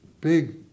big